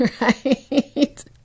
right